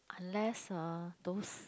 unless uh those